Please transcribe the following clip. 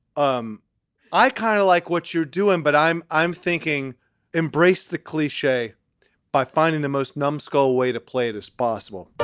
um i kind of like what you're doing, but i'm i'm thinking embrace the cliche by finding the most numskull way to play it as possible.